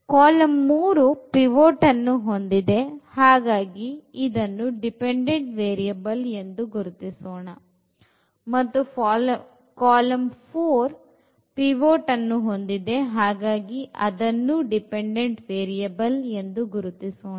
column 3 pivot ಅನ್ನು ಹೊಂದಿದೆ ಹಾಗಾಗಿ ಇದನ್ನು dependent variable ಎಂದು ಗುರುತಿಸೋಣ ಮತ್ತು ಕಾಲಂ 4 pivot ಅನ್ನು ಹೊಂದಿದೆ ಹಾಗಾಗಿ ಅದನ್ನು dependent variable ಎಂದು ಗುರುತಿಸೋಣ